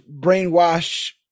brainwash